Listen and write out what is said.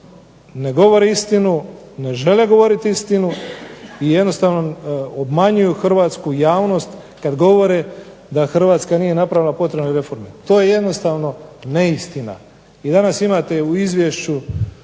ne govore istinu, ne žele govorit istinu i jednostavno obmanjuju hrvatsku javnost kad govore da Hrvatska nije napravila potrebne reforme. To je jednostavno neistina. I danas imate u izvješću